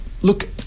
Look